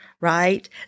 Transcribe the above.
right